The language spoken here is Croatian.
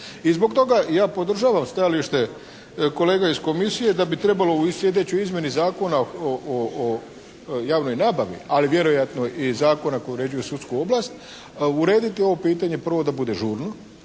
I zbog toga ja podržavam stajalište kolega iz Komisije da bi trebalo u sljedećoj izmjeni Zakona o javnoj nabavi, ali vjerojatno i Zakona koji uređuje sudsku oblast urediti ovo pitanje prvo da bude žurno,